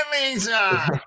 Lisa